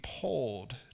pulled